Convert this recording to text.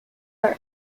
are